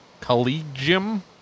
Collegium